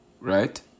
Right